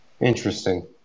Interesting